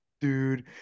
dude